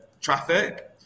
traffic